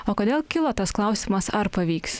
o kodėl kilo tas klausimas ar pavyks